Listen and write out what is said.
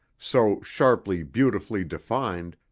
so sharply, beautifully defined,